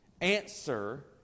answer